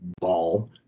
ball